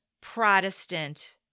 Protestant